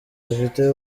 gafite